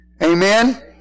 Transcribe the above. Amen